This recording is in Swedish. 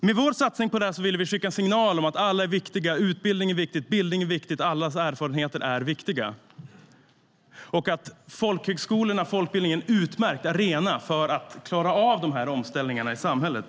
Med vår satsning på detta ville vi skicka en signal om att alla är viktiga, att utbildning är viktigt, att bildning är viktigt, att allas erfarenheter är viktiga. Folkhögskolorna och folkbildningen är en utmärkt arena för att klara av de här omställningarna i samhället.